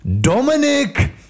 Dominic